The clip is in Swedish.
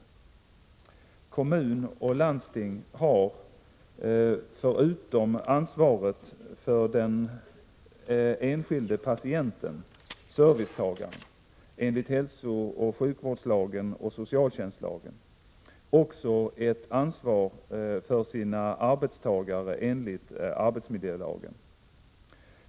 53 självbestämmande och integritet vid vård i hemmet Kommun och landsting har förutom ansvaret för den enskilde patienten — servicetagaren enligt hälsooch sjukvårdslagen och socialtjänstlagen — också ett ansvar för sina arbetstagare enligt arbetsmiljölagen.